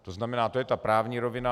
To znamená, to je ta právní rovina.